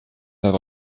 there